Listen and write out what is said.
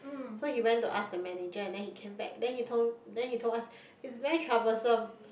so he went to ask the manager and then he came back then he told then he told us is very troublesome